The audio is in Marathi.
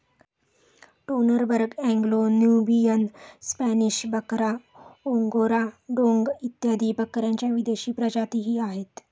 टोनरबर्ग, अँग्लो नुबियन, स्पॅनिश बकरा, ओंगोरा डोंग इत्यादी बकऱ्यांच्या विदेशी प्रजातीही आहेत